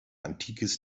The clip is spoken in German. antikes